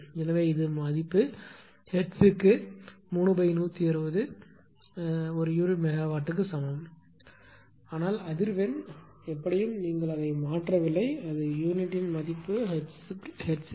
எனவே இது மதிப்பு ஹெர்ட்ஸுக்கு 3160 க்கு ஒரு யூனிட் மெகாவாட்டுக்கு சமம் ஆனால் அதிர்வெண் எப்படியும் நீங்கள் அதை மாற்றவில்லை யூனிட் மதிப்பு ஹெர்ட்ஸ்